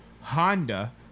Honda